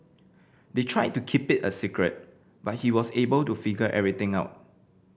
they tried to keep it a secret but he was able to figure everything out